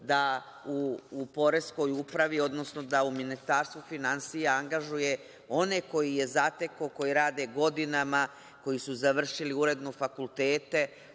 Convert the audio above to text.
da u Poreskoj upravi, odnosno da u Ministarstvu finansija angažuje one koje je zatekao, koji rade godinama, koji su završili uredno fakultet,